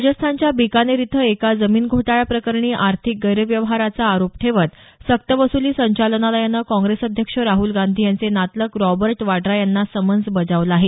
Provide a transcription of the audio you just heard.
राजस्थानच्या बिकानेर इथं एका जमिन घोटाळ्याप्रकरणी आर्थिक गैरव्यवहाराचा आरोप ठेवत सक्तवसूली संचालनालयानं काँग्रेस अध्यक्ष राहूल गांधी यांचे नातलग रॉबर्ट वाड्रा यांना समन्स बजावलं आहे